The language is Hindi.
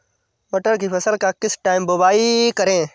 मटर की फसल का किस टाइम बुवाई करें?